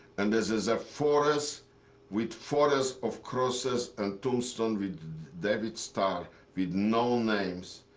and this is a forest with forest of crosses and tombstones with david star with no names.